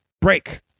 break